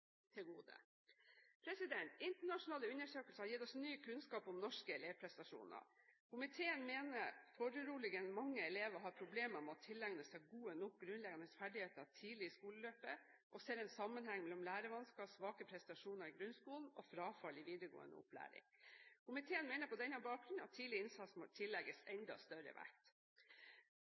Internasjonale undersøkelser har gitt oss ny kunnskap om norske elevprestasjoner. Komiteen mener foruroligende mange elever har problemer med å tilegne seg gode nok grunnleggende ferdigheter tidlig i skoleløpet, og ser en sammenheng mellom lærevansker, svake prestasjoner i grunnskolen og frafall i videregående opplæring. Komiteen mener på denne bakgrunn at tidlig innsats må tillegges enda større